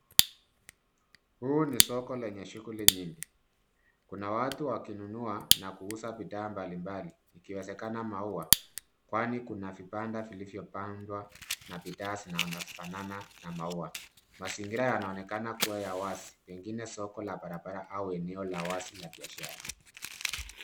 Huu ni soko lenye shughuli nyingi, Kuna watu wakinunua na kuuza bidhaa mbalimbali ikiwezekana maua kwani kuna vibanda vilivyopandwa na bidhaa zinaofanana na maua. Mazingira yanaonekana kua ya wazi pengine soko la barabara au eneo la wazi la biashara.